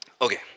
Okay